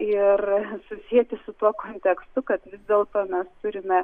ir susieti su tuo kontekstu kad vis dėlto mes turime